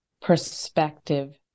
perspective